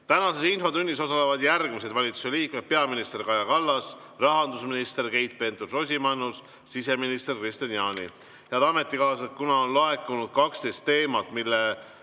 Tänases infotunnis osalevad järgmised valitsuse liikmed: peaminister Kaja Kallas, rahandusminister Keit Pentus-Rosimannus ja siseminister Kristian Jaani. Head ametikaaslased, kuna on laekunud 12 teemat, mille